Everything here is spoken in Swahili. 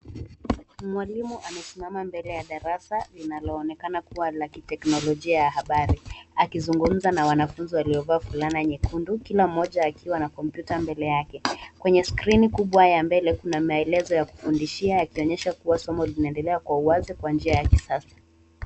Mwalimu amesimama mbele ya darasa linaloonekana kuwa la kiteknolojia ya habari akizungumza na wanafunzi waliovaa fulana nyekundu. Kila mmoja akiwa na kompyuta mbele yake. Kwenye skrini kubwa ya mbele kuna maelezo ya kufundishia yakionyesha kuwa somo linaendelea kwa uwazi Kwa njia ya kisasa.